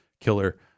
killer